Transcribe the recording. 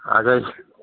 आगच्छ